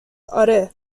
آره